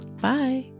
Bye